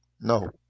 No